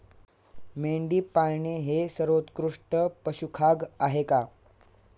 मेंढी पाळणे हे सर्वोत्कृष्ट पशुखाद्य आहे का?